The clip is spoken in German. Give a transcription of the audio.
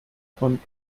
von